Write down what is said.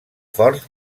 fort